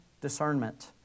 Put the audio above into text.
discernment